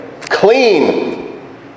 Clean